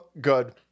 good